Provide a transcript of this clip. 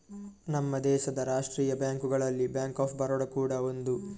ನಮ್ಮ ದೇಶದ ರಾಷ್ಟೀಯ ಬ್ಯಾಂಕುಗಳಲ್ಲಿ ಬ್ಯಾಂಕ್ ಆಫ್ ಬರೋಡ ಕೂಡಾ ಒಂದು